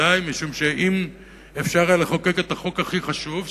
משום שאם היה אפשר לחוקק את החוק הכי חשוב,